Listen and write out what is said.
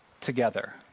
together